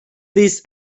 this